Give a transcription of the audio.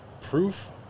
proof